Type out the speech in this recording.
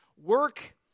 Work